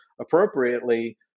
appropriately